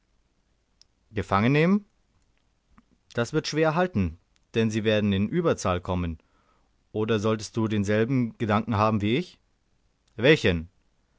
gefangen nehmen das wird schwer halten denn sie werden in ueberzahl kommen oder solltest du denselben gedanken haben wie ich welchen